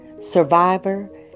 survivor